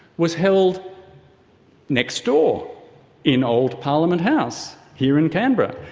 was held next door in old parliament house here in canberra.